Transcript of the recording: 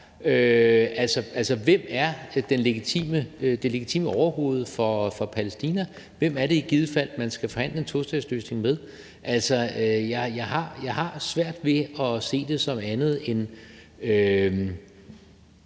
Altså, hvem er det legitime overhoved for Palæstina? Hvem er det i givet fald, man skal forhandle en tostatsløsning med? På den korte bane kan jeg ikke se det